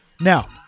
Now